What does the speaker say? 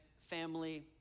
family